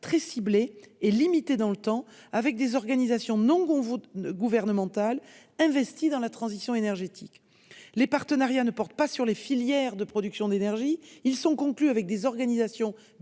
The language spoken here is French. très ciblés et limités dans le temps avec des organisations non gouvernementales (ONG) investies dans la transition énergétique. Ces partenariats ne portent pas sur les filières de production d'énergie. Ils sont conclus avec diverses organisations